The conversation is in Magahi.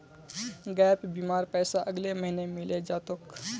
गैप बीमार पैसा अगले महीने मिले जा तोक